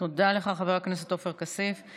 תודה לך, חבר הכנסת עופר כסיף.